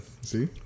see